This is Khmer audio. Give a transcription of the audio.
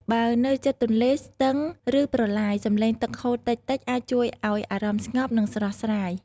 បើនៅជិតទន្លេ ស្ទឹង ឬប្រឡាយ សំឡេងទឹកហូរតិចៗអាចជួយឱ្យអារម្មណ៍ស្ងប់ និងស្រស់ស្រាយ។